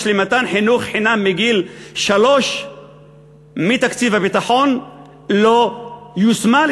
למתן חינוך חינם מגיל שלוש מתקציב הביטחון לא יושמה,